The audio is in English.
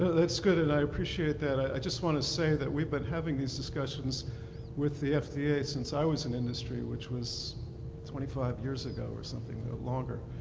looks good and i appreciate that. i just want to say that we've been having those discussions with the fda since i was in industry, which was wen five years ago or something or longer.